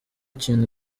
kintu